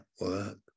work